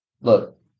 Look